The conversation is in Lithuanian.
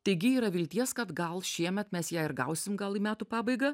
taigi yra vilties kad gal šiemet mes ją ir gausim gal metų pabaigą